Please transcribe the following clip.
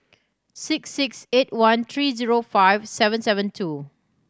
six six eight one three zero five seven seven two